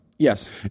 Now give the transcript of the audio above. Yes